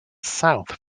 south